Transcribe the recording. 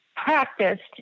practiced